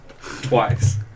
Twice